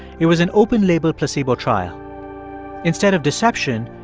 it was an open-label placebo trial instead of deception,